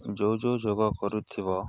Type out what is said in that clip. ଯେଉଁ ଯେଉଁ ଯୋଗ କରୁଥିବ